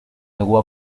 negó